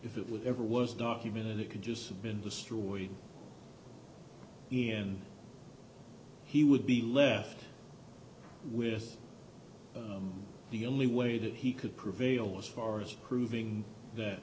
if it was ever was documented it could just have been destroyed and he would be left with the only way that he could prevail as far as proving that